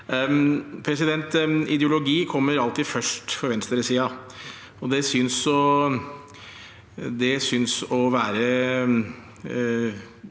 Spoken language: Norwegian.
Ideologi kommer alltid først for venstresiden, og det synes å være